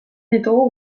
ditugu